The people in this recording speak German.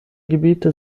gebiet